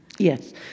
Yes